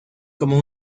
como